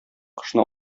кошны